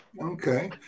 Okay